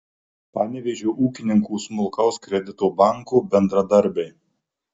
panevėžio ūkininkų smulkaus kredito banko bendradarbiai